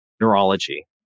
neurology